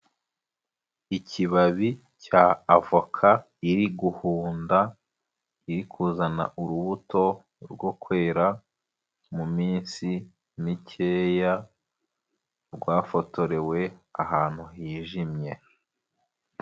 Ikibabi cy'avoka iri guhunda, iri kuzana urubuto rwo kwera mu minsi mikeya rwafotorewe ahantu hijimye.